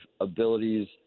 abilities